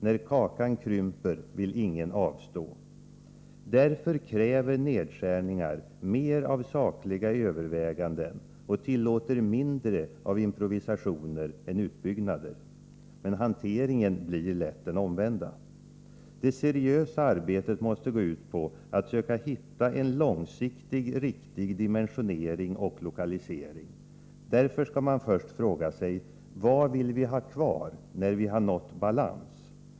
När kakan krymper vill ingen avstå. Därför kräver nedskärningar mer av sakliga överväganden och tillåter mindre av improvisationer än utbyggnader. Men hanteringen blir lätt den omvända. Det seriösa arbetet måste gå ut på att söka hitta en långsiktigt riktig dimensionering och lokalisering. Därför skall man först fråga sig: Vad vill vi ha kvar när vi nått balans?